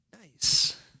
Nice